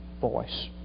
voice